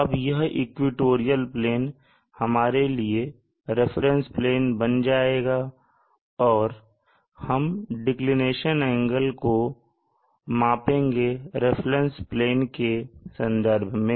अब यह equatorial plane हमारे लिए रेफरेंस प्लेन बन जाएगा और हम डिक्लिनेशन एंगल को को मापेंगे रेफरेंस प्लेन के संदर्भ में